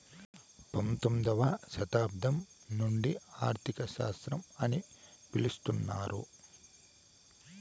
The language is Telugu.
పంతొమ్మిదవ శతాబ్దం నుండి ఆర్థిక శాస్త్రం అని పిలుత్తున్నారు